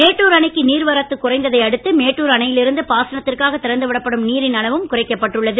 மேட்டுர் அணைக்கு நீர்வரத்து குறைந்ததை அடுத்து மேட்டுர் அணையில் இருந்து பாசனத்திற்காக திறந்து விடப்படும் நீரின் அளவும் குறைக்கப்பட்டுள்ளது